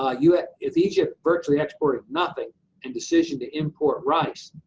ah u s if egypt virtually exported nothing and decision to import rice.